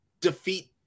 defeat